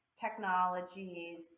technologies